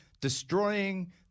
destroying